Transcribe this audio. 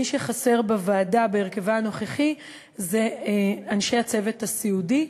מי שחסר בוועדה בהרכבה הנוכחי זה אנשי הצוות הסיעודי,